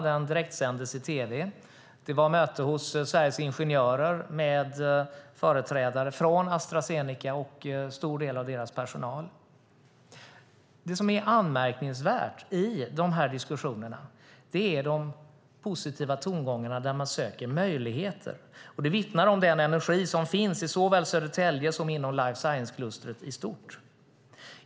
Den direktsändes i tv. Det var möte hos Sveriges Ingenjörer med företrädare från Astra Zeneca och en stor del av deras personal. Det som är anmärkningsvärt i diskussionerna är de positiva tongångarna där man söker möjligheter. Det vittnar om den energi som finns såväl i Södertälje som inom life science-klustret i stort.